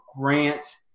Grant